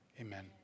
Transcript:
Amen